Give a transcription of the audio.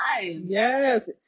Yes